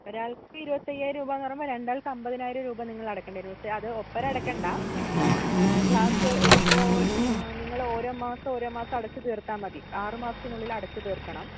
ഒരാൾക്ക് ഇരുപത്തി അയ്യായിരം രൂപ എന്ന് പറയുമ്പോൾ രണ്ട് ആൾക്ക് അൻപതിനായിരം രൂപ നിങ്ങൾ അടയ്ക്കേണ്ടി വരും പക്ഷേ അത് ഒത്ത് തന്നെ അടയ്ക്കേണ്ട ക്ലാസ് ഒരു ഇപ്പോൾ നിങ്ങൾ ഓരോ മാസം ഓരോ മാസം അടച്ച് തീർത്താൽ മതി ആറ് മാസത്തിനുള്ളിൽ അടച്ച് തീർക്കണം